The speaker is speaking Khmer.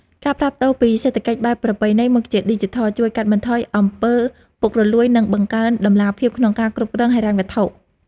ការផ្លាស់ប្តូរពីសេដ្ឋកិច្ចបែបប្រពៃណីមកជាឌីជីថលជួយកាត់បន្ថយអំពើពុករលួយនិងបង្កើនតម្លាភាពក្នុងការគ្រប់គ្រងហិរញ្ញវត្ថុ។